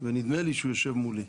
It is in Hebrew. ונדמה לי שהוא יושב מולי.